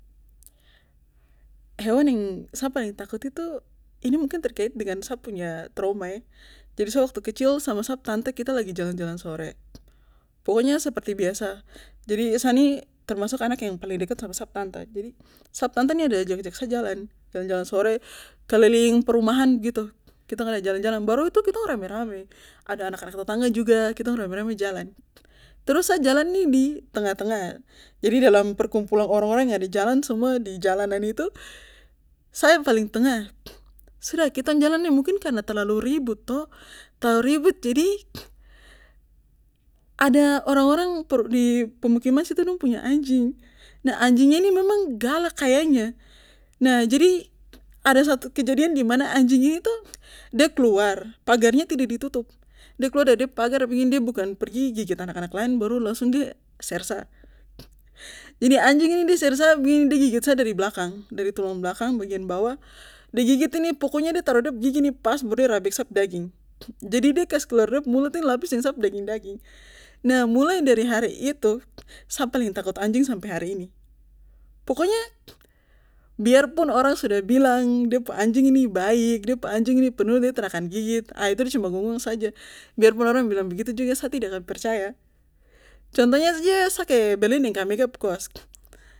Hewan yang sa paling takut itu ini mungkin terkait dengan sa punya trauma jadi waktu sa masih kecil sa sama sama sap tanta kita lagi jalan jalan sore pulangnya seperti biasa jadi sa ini termasuk anak yang paling dekat sama sap tanta sap tanta nih ada ajak ajak sa jalan jalan jalan sore keliling perumahan begitu baru itu kitong rame rame ada anak anak tetangga juga kitong rame rame jalan trus sa jalan nih di tengah tengah jadi dalam perkumpulan orang orang semua yang ada jalan di jalan tuh sa yang paling tengah sudah kitong jalan nih mungkin karna terlalu ribut toh terlalu ribut jadi ada orang orang di pemukiman situ dong punya anjing nah anjingnya ini memang galak kayanya nah jadi ada satu kejadian dimana anjing ini tuh de keluar pagarnya tidak di tutup de keluar dari de pagar begini de bukan pergi gigit anak anak lain baru de langsung ser sa anjing nih de ser sa begini de gigit sa dari belakang dari tulang belakang bagian bawah de gigit ini pokoknya de taruh de pu gigi nih pas baru de rabek sap daging jadi de kasih keluar dep mulut lapis deng sap daging daging mulai dari hari itu sa paling takut anjing sampe hari ini pokoknya biarpun orang sudah bilang de pu anjing ini baik de pu anjing nih penurut de tra akan gigit ah itu de cuma ngongong saja biar dong bilang begitu juga sa tidak akan percaya contohnya saja sa pergi ke beling deng kak mika pu kos